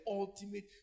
ultimate